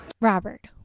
Robert